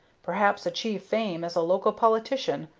perhaps achieve fame as a local politician,